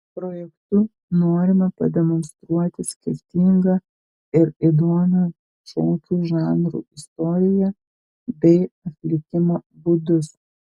projektu norima pademonstruoti skirtingą ir įdomią šokių žanrų istoriją bei atlikimo būdus